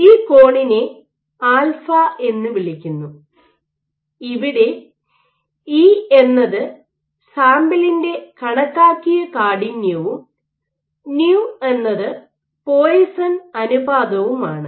ഈ കോണിനെ ആൽഫ എന്ന് വിളിക്കുന്നു ഇവിടെ ഇ എന്നത് സാമ്പിളിന്റെ കണക്കാക്കിയ കാഠിന്യവും ന്യൂ എന്നത് പോയസൺ Poisson's ratio അനുപാതവുമാണ്